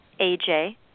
aj